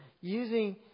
using